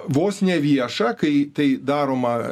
vos ne vieša kai tai daroma